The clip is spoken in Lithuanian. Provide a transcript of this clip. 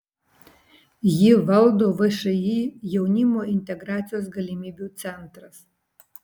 jį valdo všį jaunimo integracijos galimybių centras